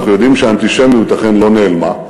אנחנו יודעים שהאנטישמיות אכן לא נעלמה.